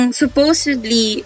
supposedly